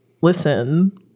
Listen